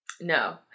no